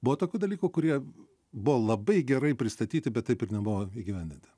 buvo tokių dalykų kurie buvo labai gerai pristatyti bet taip ir nebuvo įgyvendinti